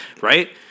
right